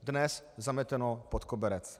Dnes zameteno pod koberec.